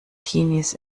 teenies